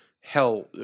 hell